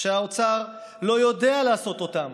שהאוצר לא יודע לעשות אותם